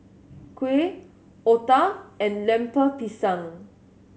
kuih otah and Lemper Pisang